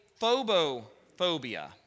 phobophobia